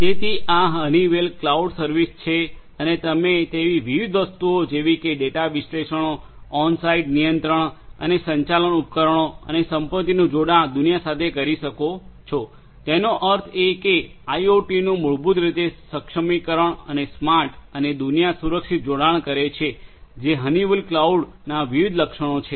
તેથી આ Honeywell cloud સર્વિસછે અને તમે તેવી વિવિધ વસ્તુઓ જેવી કે ડેટા વિશ્લેષણો ઓનસાઇટ નિયંત્રણ અને સંચાલન ઉપકરણો અને સંપત્તિનું જોડાળ દુનિયા સાથે કરી શકાય છે તેનો અર્થ એ કે આઇઓટીનું મૂળભૂત રીતે સક્ષમીકરણ અને સ્માર્ટ અને દુનિયા સુરક્ષિત જોડાણ કરે છે જે હનીવેલ ક્લાઉડના વિવિધ લક્ષણો છે